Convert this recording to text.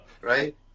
right